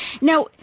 Now